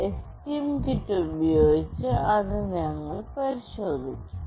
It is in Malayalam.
എസ്ടിഎം കിറ്റ് ഉപയോഗിച്ച് ഞങ്ങൾ ഇത് പരീക്ഷിക്കും